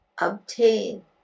obtain